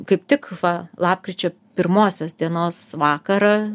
kaip tik va lapkričio pirmosios dienos vakarą